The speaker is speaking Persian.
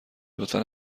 لطفا